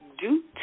due